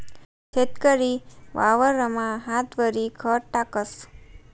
शेतकरी वावरमा हातवरी खत टाकस